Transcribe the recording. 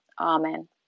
Amen